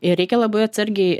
ir reikia labai atsargiai